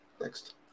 next